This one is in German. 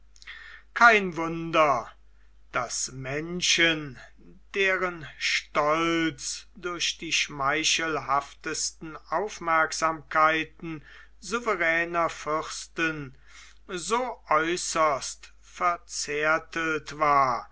kein wunder daß menschen deren stolz durch die schmeichelhaftesten aufmerksamkeiten souveräner fürsten so äußerst verzärtelt war